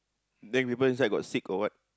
then people inside got sick or what